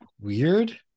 weird